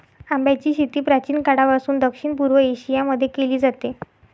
आंब्याची शेती प्राचीन काळापासून दक्षिण पूर्व एशिया मध्ये केली जाते